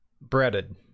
breaded